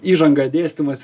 įžanga dėstymas